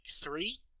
three